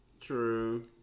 True